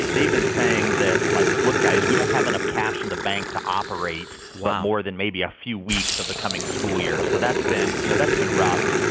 they've been saying that, like, look guys, we don't have enough cash in the bank to operate. wow. more than maybe a few weeks of the coming school year. so that's been you know, that's been rough.